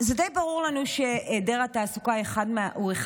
זה די ברור לנו שהיעדר התעסוקה הוא אחד